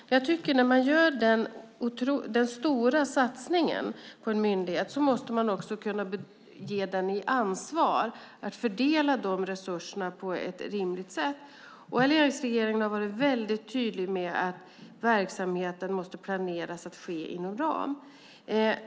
Men jag tycker att när man gör denna stora satsning på en myndighet måste man också kunna ge den ansvaret att fördela resurserna på ett rimligt sätt. Och alliansregeringen har varit väldigt tydlig med att verksamheten måste planeras att ske inom ram.